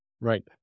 Right